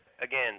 Again